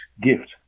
gift